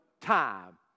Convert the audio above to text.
time